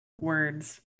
words